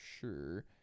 sure